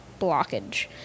blockage